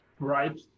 right